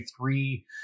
three